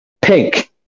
Pink